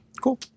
cool